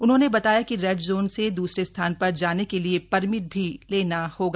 उन्होंने बताया कि रेड जोन से द्रसरे स्थान पर जाने के लिए परमिट भी लेना होगा